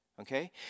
okay